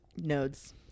Nodes